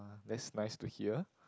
that's nice to hear